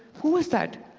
who was that?